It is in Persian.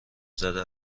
زده